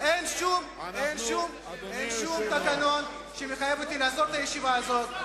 אין שום תקנון שמחייב אותי לעשות, את הישיבה הזאת.